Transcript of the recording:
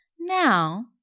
Now